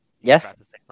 Yes